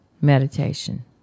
meditation